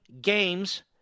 games